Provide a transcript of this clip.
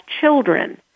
children